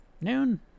Noon